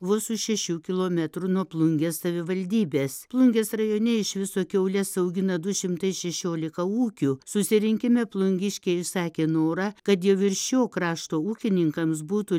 vos už šešių kilometrų nuo plungės savivaldybės plungės rajone iš viso kiaules augina du šimtai šešiolika ūkių susirinkime plungiškiai išsakė norą kad jau ir šio krašto ūkininkams būtų